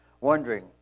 wondering